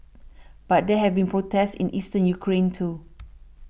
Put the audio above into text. but there have been protests in Eastern Ukraine too